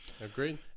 agreed